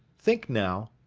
think now.